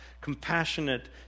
compassionate